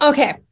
Okay